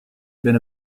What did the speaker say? been